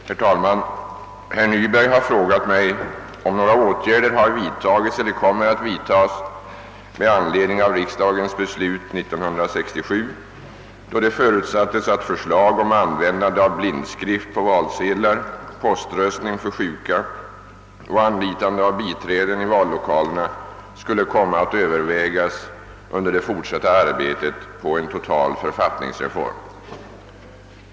Herr talman! Herr Nyberg har frågat mig om några åtgärder har vidtagits eller kommer att vidtas med anledning av riksdagens beslut 1967, då det förutsattes att förslag om användande av blindskrift på valsedlar; poströstning för sjuka och anlitande av biträden i vallokalerna skulle komma att övervägas under det fortsatta arbetet på en total författningsreform.